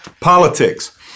Politics